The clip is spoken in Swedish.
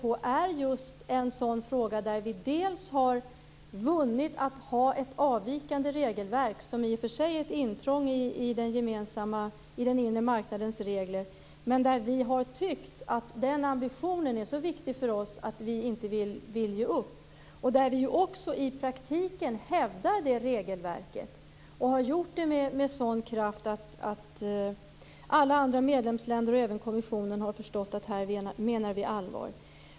Det är just en sådan fråga där vi har fått möjlighet att ha ett avvikande regelverk som i och för sig är ett intrång i den inre marknadens regler. Men vi har tyckt att den ambitionen är så viktig för oss att vi inte vill ge upp. I praktiken hävdar vi också det regelverket, och det har vi gjort med sådan kraft att alla andra medlemsländer och även kommissionen har förstått att vi menar allvar.